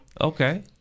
Okay